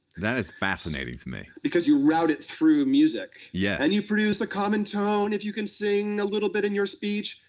that is fascinating to me. because you route it through music. yeah. and you produce a common tone. if you can sing a little bit in your speech,